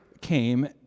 came